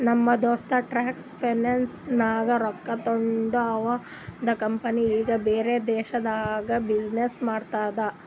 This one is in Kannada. ನಮ್ ದೋಸ್ತ ಟ್ರೇಡ್ ಫೈನಾನ್ಸ್ ನಾಗ್ ರೊಕ್ಕಾ ತೊಂಡಿ ಅವಂದ ಕಂಪನಿ ಈಗ ಬ್ಯಾರೆ ದೇಶನಾಗ್ನು ಬಿಸಿನ್ನೆಸ್ ಮಾಡ್ತುದ